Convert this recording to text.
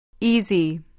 Easy